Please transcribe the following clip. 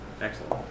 Excellent